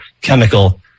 chemical